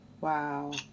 Wow